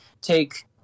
take